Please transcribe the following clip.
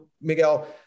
Miguel